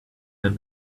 that